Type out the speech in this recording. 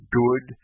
good